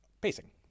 pacing